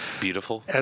Beautiful